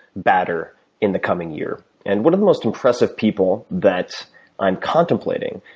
badder in the coming year. and one of the most impressive people that i'm contemplating,